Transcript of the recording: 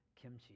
kimchi